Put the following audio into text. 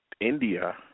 India